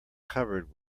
covered